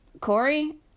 Corey